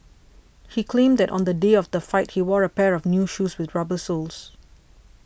he claimed that on the day of the fight he wore a pair of new shoes with rubber soles